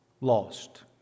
lost